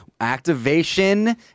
Activation